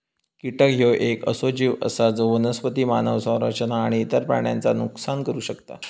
कीटक ह्यो येक असो जीव आसा जो वनस्पती, मानव संरचना आणि इतर प्राण्यांचा नुकसान करू शकता